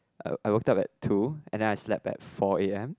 i wo~ I woke up at two and I slept back four A_M